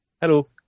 Hello